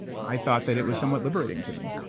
i thought that it was somewhat liberating to me.